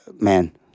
man